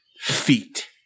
Feet